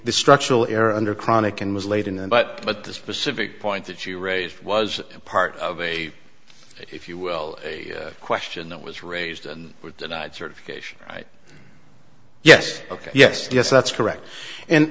the structural error under chronic and was laid in the butt but the specific point that you raised was part of a if you will a question that was raised and was denied certification right yes ok yes yes that's correct and